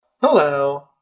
Hello